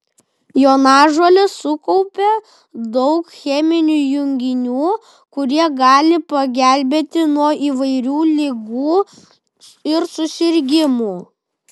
jonažolės sukaupia daug cheminių junginių kurie gali pagelbėti nuo įvairių ligų ir susirgimų